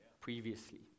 previously